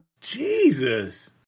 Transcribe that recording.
Jesus